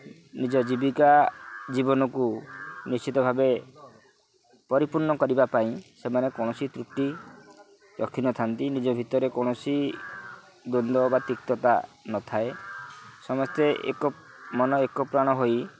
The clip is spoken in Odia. ନିଜ ଜୀବିକା ଜୀବନକୁ ନିଶ୍ଚିତ ଭାବେ ପରିପୂର୍ଣ୍ଣ କରିବା ପାଇଁ ସେମାନେ କୌଣସି ତ୍ରୁଟି ରଖିନଥାନ୍ତି ନିଜ ଭିତରେ କୌଣସି ଦ୍ୱନ୍ଦ ବା ତିକ୍ତତା ନଥାଏ ସମସ୍ତେ ଏକ ମନ ଏକ ପ୍ରାଣ ହୋଇ